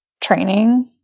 training